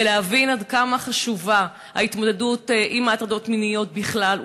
ולהבין עד כמה חשובה ההתמודדות עם ההטרדות המיניות בכלל,